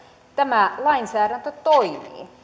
tämä lainsäädäntö toimii